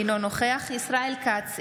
אינו נוכח ישראל כץ,